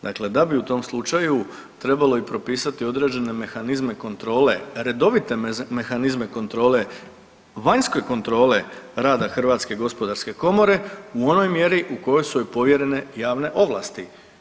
Dakle, da bi u tom slučaju trebalo propisati i određene mehanizme kontrole, redovite mehanizme kontrole, vanjske kontrole rada Hrvatske gospodarske komore u onoj mjeri u kojoj su joj povjerene javne ovlasti.